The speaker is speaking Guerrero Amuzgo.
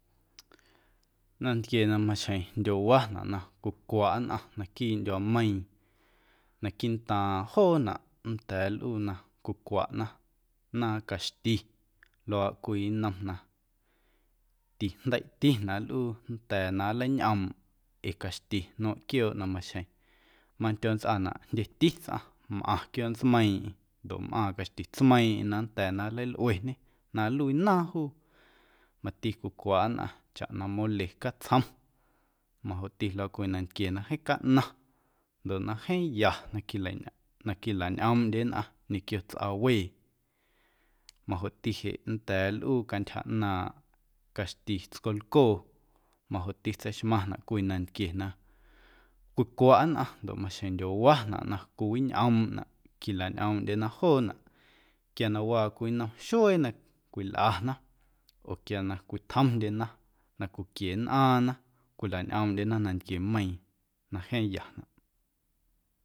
Nantquie na maxjeⁿ ndyowanaꞌ na cwicwaꞌ nnꞌaⁿ naquiiꞌ ndyuaameiiⁿ naquiiꞌntaaⁿ joonaꞌ nnda̱a̱ nlꞌuu na cwicwaꞌna naaⁿ caxti luaaꞌ cwii nnom na tijndeiꞌtina nlꞌuu nnda̱a̱ na nleiñꞌoomꞌ ee caxti nmeiⁿꞌ quiooꞌ na maxjeⁿ mandyo nntsꞌaanaꞌ jndyeti tsꞌaⁿ mꞌaⁿ quiooꞌ ntsmeiiⁿꞌeⁿ ndoꞌ mꞌaaⁿ caxti tsmeiiⁿꞌeⁿ na nnda̱a̱ na nleilꞌueñe na nluii naaⁿ juu, mati cwicwaꞌ nnꞌaⁿ chaꞌ na mole catsjom majoꞌti luaaꞌ cwii nantquie na jeeⁿ caꞌnaⁿ ndoꞌ na jeeⁿ ya na quilañꞌoomꞌndye nnꞌaⁿ ñequio tsꞌawee, majoꞌti nnda̱a̱ nlꞌuu cantyja ꞌnaaⁿꞌ caxti tscolcoo majoꞌti tseixmaⁿnaꞌ cwii nantquie na cwicwaꞌ nnꞌaⁿ ndoꞌ maxjeⁿ ndyowanaꞌ na cwiwiñꞌoomꞌnaꞌ quilañꞌoomndyena joonaꞌ quia na waa cwii nnom xuee na cwilꞌana oo quia na cwitjomndyena na cwiquie nnꞌaaⁿna cwilañꞌoomꞌndyena nantquiemeiiⁿ na jeeⁿ yanaꞌ.